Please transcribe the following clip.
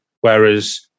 Whereas